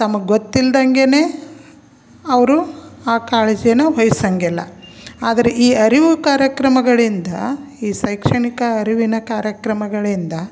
ತಮಗೆ ಗೊತ್ತಿಲ್ದಂಗೆ ಅವರು ಆ ಕಾಳಜಿಯನ್ನು ವಹಿಸಂಗಿಲ್ಲ ಆದರೆ ಈ ಅರಿವು ಕಾರ್ಯಕ್ರಮಗಳಿಂದ ಈ ಶೈಕ್ಷಣಿಕ ಅರಿವಿನ ಕಾರ್ಯಕ್ರಮಗಳಿಂದ